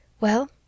Well